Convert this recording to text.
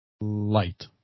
Light